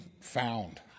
found